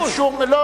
היא ירדה מסדר-היום,